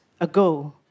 ago